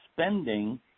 spending